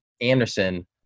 Anderson